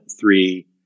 three